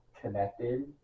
connected